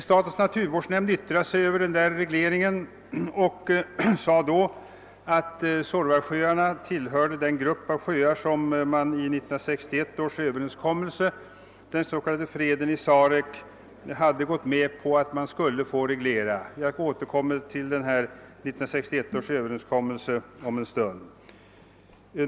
Statens naturvårdsverk yttrade sig över denna reglering och sade då att Suorvasjöarna tillhörde den grupp av sjöar som man i 1961 års överenskommelse, den s.k. freden i Sarek, hade gått med på att man skulle få reglera. Jag återkommer till 1961 års överenskommelse om en stund.